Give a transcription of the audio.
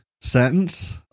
sentence